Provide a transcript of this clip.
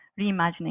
reimagining